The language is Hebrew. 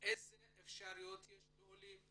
ובאפשרויות שיש להם,